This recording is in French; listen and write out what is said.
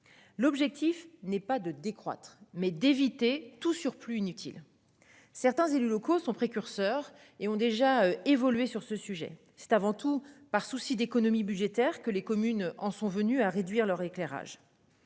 L'objectif n'est pas de décroître. Mais d'éviter tout surplus inutile. Certains élus locaux sont précurseurs et ont déjà évolué sur ce sujet, c'est avant tout par souci d'économie budgétaires que les communes en sont venus à réduire leur éclairage.